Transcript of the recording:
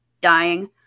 dying